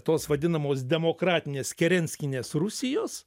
tos vadinamos demokratinės kerenskinės rusijos